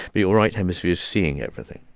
but your right hemisphere's seeing everything.